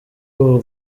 ubu